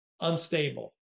unstable